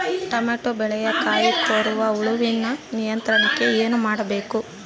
Tomato ಬೆಳೆಯ ಕಾಯಿ ಕೊರಕ ಹುಳುವಿನ ನಿಯಂತ್ರಣಕ್ಕೆ ಏನು ಮಾಡಬೇಕು?